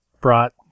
brought